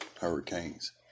Hurricanes